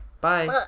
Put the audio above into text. Bye